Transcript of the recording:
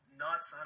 nuts